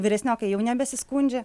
vyresniokai jau nebesiskundžia